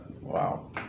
Wow